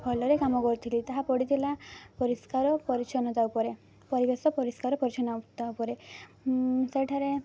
ଭଲରେ କାମ କରିଥିଲି ତାହା ପଡ଼ିଥିଲା ପରିଷ୍କାର ପରିଚ୍ଛନ୍ନତା ଉପରେ ପରିବେଶ ପରିଷ୍କାର ପରିଚ୍ଛନ୍ନ ତା ଉପରେ ସେଠାରେ